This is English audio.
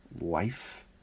life